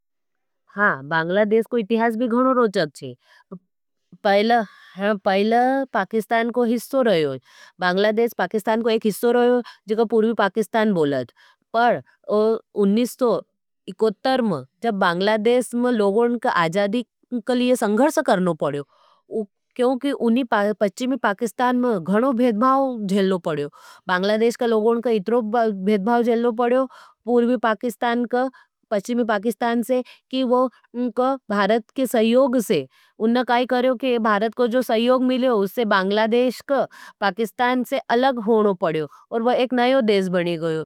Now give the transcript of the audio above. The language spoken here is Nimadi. हाँ, बांग्लादेश को इतिहास भी गणो रोचक छे। पहला पहिला पाकिस्तान को हिस्सों रहया। बांग्लादेश पाकिस्तान को एक हिस्सों रहया था। जिकों पूर्वी पाकिस्तान बोलत। पर उन्नीस सौ इकहत्तर में, बांग्लादेश के लोगन को संघर्ष करना पड़ा। बांग्लादेश के लोगों को घणो भेदभाव झेलना पडयो। पाकिस्तान का पश्चिमी पकिस्तान का भारत के सहयोग से जो सहयोग मिलयों उस से बांग्लादेश को पाकिस्तान से अलग होना पडयो और एक अलग देश बनयो।